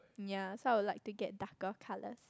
ya so I would like to get darker colours